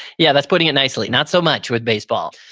yeah that's putting it nicely, not so much with baseball.